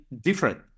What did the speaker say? different